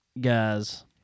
guys